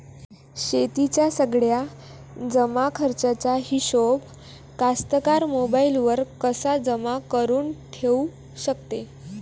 शेतीच्या सगळ्या जमाखर्चाचा हिशोब कास्तकार मोबाईलवर कसा जमा करुन ठेऊ शकते?